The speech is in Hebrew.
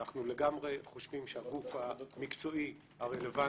אנחנו לגמרי חושבים שהגוף המקצועי הרלוונטי,